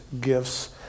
gifts